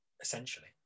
essentially